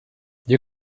you